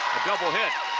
double hit.